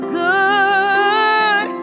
good